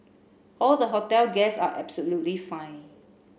all the hotel guests are absolutely fine